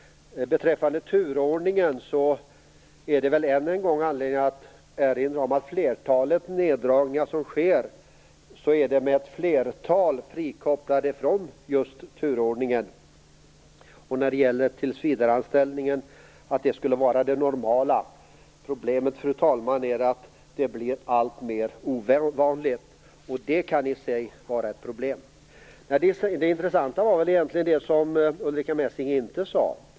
Beträffande turordningen finns det väl än en gång anledning att erinra om att vid flertalet av de neddragningar som sker är ett flertal frikopplade från just turordningen. När det gäller tillsvidareanställningen och att det skulle vara det normala är problemet att det blir alltmer ovanligt, och det kan i sig vara ett problem. Det intressanta var väl egentligen det som Ulrica Messing inte sade.